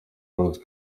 rose